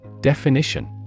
Definition